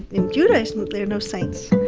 in judaism there are no saints.